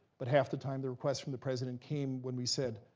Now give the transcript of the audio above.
but half the time, the request from the president came when we said,